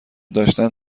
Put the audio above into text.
داشتن